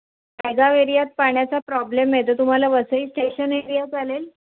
नायगाव एरियात पाण्याचा प्रॉब्लेम आहे तर तुम्हाला वसई स्टेशन एरिया चालेल